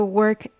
work